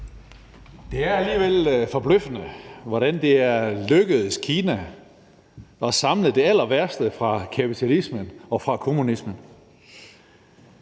Det er alligevel forbløffende, hvordan det er lykkedes Kina at samle det allerværste fra kapitalismen og fra kommunismen.